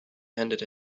handed